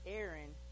Aaron